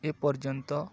ଏ ପର୍ଯ୍ୟନ୍ତ